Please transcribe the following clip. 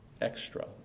extra